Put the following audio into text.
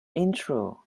intro